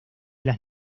las